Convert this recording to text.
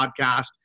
podcast